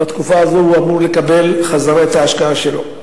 ובתקופה הזו הוא אמור לקבל חזרה את ההשקעה שלו.